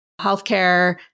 healthcare